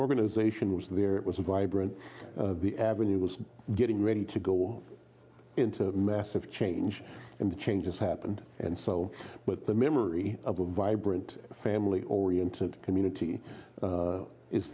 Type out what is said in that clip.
organization was there it was a vibrant the avenue was getting ready to go into a massive change and the changes happened and so but the memory of a vibrant family oriented community